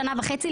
שנה וחצי,